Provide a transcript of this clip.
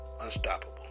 unstoppable